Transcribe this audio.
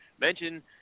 Mention